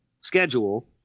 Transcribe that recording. schedule